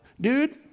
dude